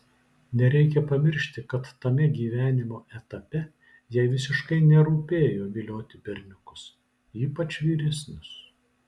nereikia pamiršti kad tame gyvenimo etape jai visiškai nerūpėjo vilioti berniukus ypač vyresnius